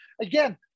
again